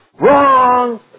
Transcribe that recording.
wrong